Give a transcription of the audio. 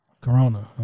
corona